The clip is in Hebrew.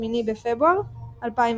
8 בפברואר 2016